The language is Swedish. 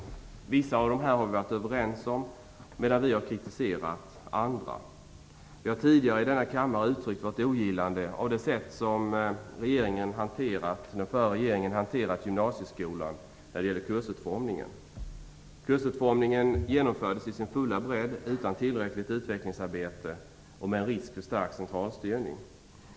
Vissa av dessa har vi socialdemokrater varit överens med den borgerliga regeringen om, medan vi har kritiserat andra. Vi socialdemokrater har tidigare i denna kammare uttryckt vårt ogillande av det sätt som den förre regeringen hanterat gymnasieskolan när det gäller kursutformningen. Kursutformningen genomfördes i sin fulla bredd utan tillräckligt utvecklingsarbete och med en risk för stark centralstyrning.